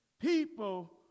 people